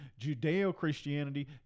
Judeo-Christianity